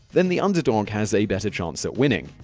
then the underdog has a better chance at winning.